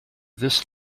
this